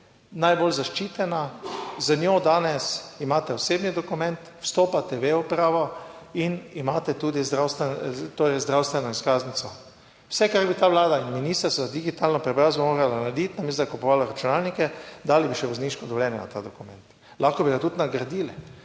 najbolj zaščitena, z njo danes imate osebni dokument, vstopate v e-upravo in imate tudi zdravstveno, torej zdravstveno izkaznico. Vse, kar bi ta vlada in ministrstvo za digitalno preobrazbo morala narediti, namesto da bi kupovala računalnike, dali bi še vozniško dovoljenje na ta dokument, lahko bi ga tudi nagradili,